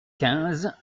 quinze